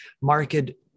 market